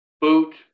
boot